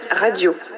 Radio